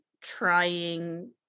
trying